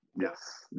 Yes